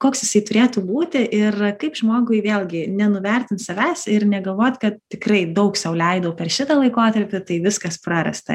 koks jisau turėtų būti ir kaip žmogui vėlgi nenuvertint savęs ir negalvot kad tikrai daug sau leidau per šitą laikotarpį tai viskas prarasta